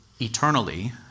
eternally